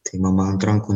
tai mama ant rankų